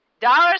dollars